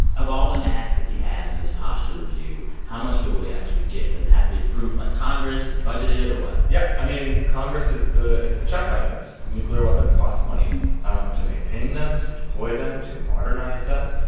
of all the asks that he has in this posture review, how much of it will he actually get? does it have to be approved by congress and budgeted or what? yeah. i mean, congress is the is the check on this. nuclear weapons cost money to maintain them, to deploy them, to modernize them.